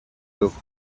piece